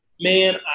man